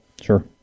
Sure